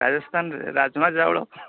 ରାଜସ୍ଥାନରେ ରାଜମା ଚାଉଳ